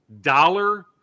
dollar